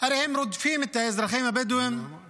רודפים את האזרחים הבדואים